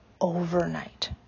overnight